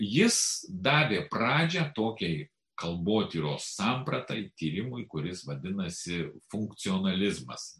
jis davė pradžią tokiai kalbotyros sampratai tyrimui kuris vadinasi funkcionalizmas